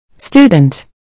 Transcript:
Student